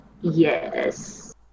Yes